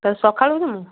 ତ ସକାଳୁ ଯିବୁ